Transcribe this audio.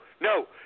no